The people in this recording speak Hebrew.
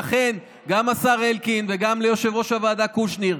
לכן, גם השר אלקין וגם יושב-ראש הוועדה קושניר,